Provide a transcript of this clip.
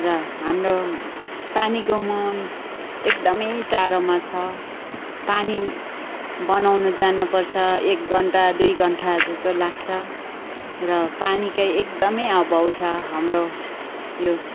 र हाम्रो पानीको मुहान एकदमै टाढोमा छ पानी बनाउनु जानुपर्छ एक घन्टा दुई घन्टा जस्तो लाग्छ र पानीकै एकदमै अभाव छ हाम्रो यो